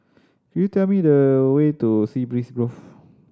could you tell me the way to Sea Breeze Grove